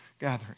gathering